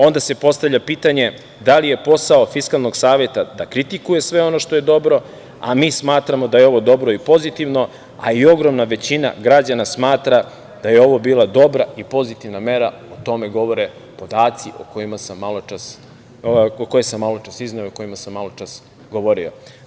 Onda se postavlja pitanje da li je posao Fiskalnog saveta da kritikuje sve ono što je dobro, a mi smatramo da je ovo dobro i pozitivno, a i ogromna većina građana smatra da je ovo bila dobra i pozitivna mera, o tome govore podaci o kojima sam maločas govorio.